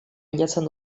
bilatzen